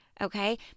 Okay